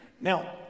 Now